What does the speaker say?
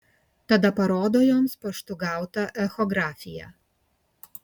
tada parodo joms paštu gautą echografiją